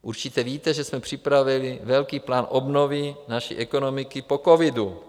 Určitě víte, že jsme připravili velký plán obnovy naší ekonomiky po covidu.